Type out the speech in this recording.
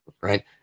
Right